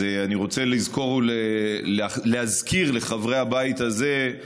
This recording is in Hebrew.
אני רוצה להזכיר לחברי הבית הזה,